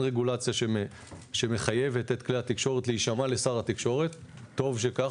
אין רגולציה שמחייבת את כלי התקשורת להישמע לשר התקשורת וטוב שכך